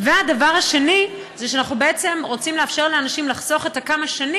והדבר השני זה שאנחנו בעצם רוצים לאפשר לאנשים לחסוך את הכמה-שנים